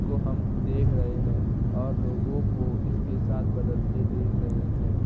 کو ہم دیکھ رہے ہیں اور لوگوں کو اس کے ساتھ بدلتے دیکھ رہے ہیں